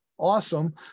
Awesome